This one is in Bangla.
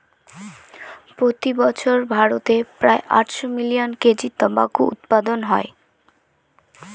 প্রতি বছর ভারতে প্রায় আটশো মিলিয়ন কেজি টোবাকো উৎপাদন হয়